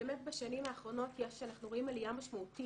באמת בשנים האחרונות אנחנו רואים עליה משמעותית